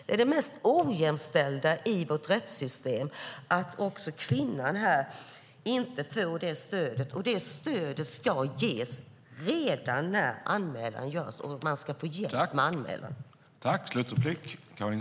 Det är det mest ojämställda i vårt rättssystem att inte också kvinnan får det stödet. Det stödet ska ges redan när anmälan görs och man ska få hjälp med anmälan.